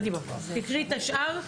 קדימה, תקריא את השאר.